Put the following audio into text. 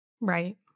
Right